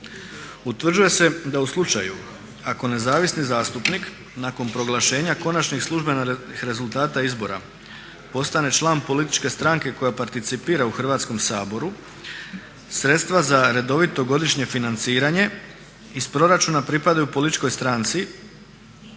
Utvrđuje se da u slučaju ako nezavisni zastupnik nakon proglašenja konačnih službenih rezultata izbora postane član političke stranke koja participira u Hrvatskom saboru sredstva za redovito godišnje financiranje iz proračuna pripadaju političkoj stranci